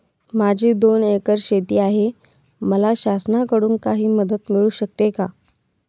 माझी दोन एकर शेती आहे, मला शासनाकडून काही मदत मिळू शकते का?